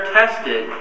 tested